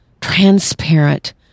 transparent